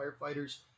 Firefighters